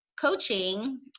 coaching